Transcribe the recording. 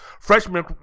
freshman